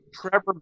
Trevor